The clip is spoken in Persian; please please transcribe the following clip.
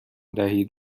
دهید